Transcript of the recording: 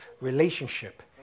relationship